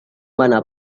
mana